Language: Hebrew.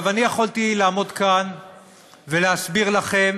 עכשיו, יכולתי לעמוד כאן ולהסביר לכם